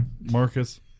Marcus